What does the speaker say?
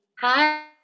Hi